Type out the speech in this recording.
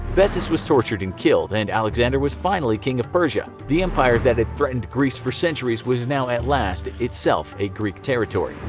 bessus was tortured and then killed, and alexander was finally king of persia. the empire that had threatened greece for centuries was now at last, itself a greek territory.